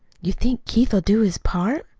you think keith'll do his part?